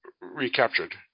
recaptured